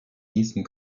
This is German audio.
diesen